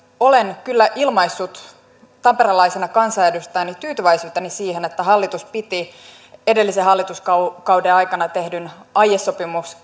olen kyllä ilmaissut tamperelaisena kansanedustajana tyytyväisyyttäni siihen että hallitus piti edellisen hallituskauden aikana tehdystä aiesopimuksesta